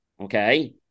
okay